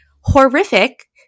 horrific